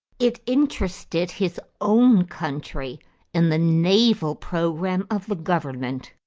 it interested his own country in the naval program of the government,